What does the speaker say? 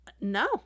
No